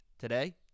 Today